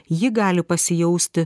ji gali pasijausti